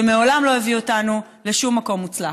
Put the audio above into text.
שמעולם לא הביא אותנו לשום מקום מוצלח.